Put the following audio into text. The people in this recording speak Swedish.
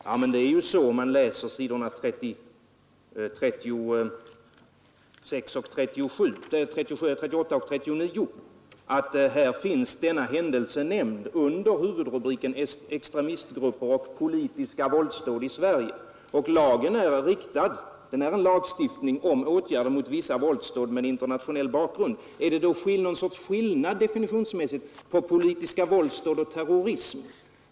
Ja, men det är ju så att denna händelse finns omnämnd på s. 38 och 39 i propositionen under huvudrubriken Extremistgrupper och politiska våldsdåd i Sverige. Det är fråga om en lagstiftning mot vissa våldsdåd med internationell bakgrund. Är det då definitionsmässigt någon skillnad mellan politiska våldsdåd och terrorism?